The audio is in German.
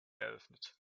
eröffnet